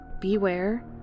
Beware